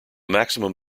maximum